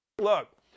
Look